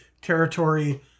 territory